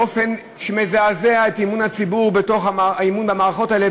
באופן שמזעזע את אמון הציבור במערכות האלה,